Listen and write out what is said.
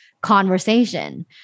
conversation